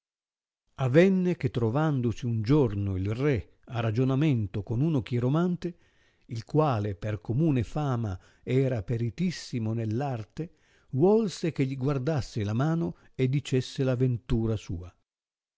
avenne che trovandosi un giorno il re a ragionamento con uno chiromante il quale per comune fama era peritissimo neir arte vuolse che gli guardasse la mano e dicesse la ventura sua